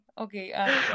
okay